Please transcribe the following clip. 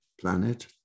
planet